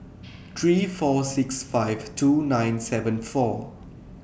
three four six five two nine seven four